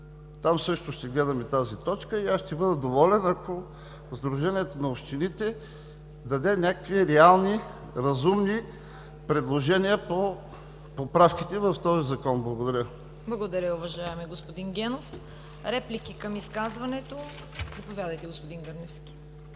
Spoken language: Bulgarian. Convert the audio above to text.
Там също ще гледаме тази точка и аз ще бъда доволен, ако Сдружението на общините даде някакви реални разумни предложения по поправките в този Закон. Благодаря. ПРЕДСЕДАТЕЛ ЦВЕТА КАРАЯНЧЕВА: Благодаря, уважаеми господин Генов. Реплики към изказването? Заповядайте, господин Гърневски.